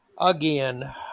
Again